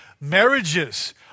marriages